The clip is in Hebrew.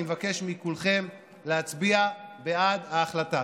ואני מבקש מכולכם להצביע בעד ההחלטה.